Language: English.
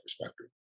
perspective